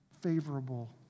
favorable